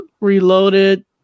Reloaded